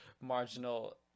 marginal